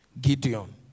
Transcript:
Gideon